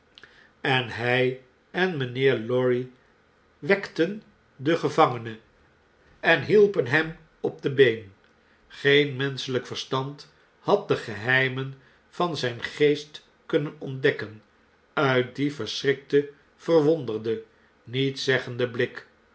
en hij en mynheer lorry wekten den gevangene en hielpen hem op de been geen menschelijk verstand had de geheimen van zijn geest kunnen ontdekken uit dienverschrikten verwonderden nietszeggenden blik